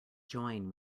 join